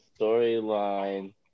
storyline